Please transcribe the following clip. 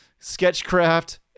sketchcraft